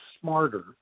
smarter